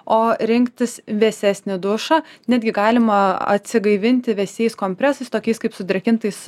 o rinktis vėsesnį dušą netgi galima atsigaivinti vėsiais kompresais tokiais kaip sudrėkintais